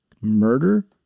murder